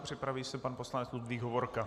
Připraví se pan poslanec Ludvík Hovorka.